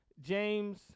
James